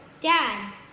Dad